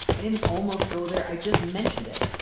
i didn't almost go there. i just mentioned it.